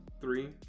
three